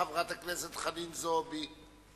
חברת הכנסת חנין זועבי.